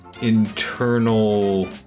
internal